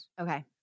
Okay